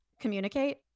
communicate